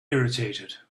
irritated